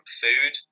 food